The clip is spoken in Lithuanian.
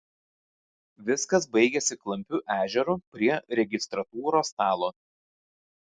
viskas baigėsi klampiu ežeru prie registratūros stalo